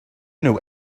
know